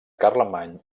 carlemany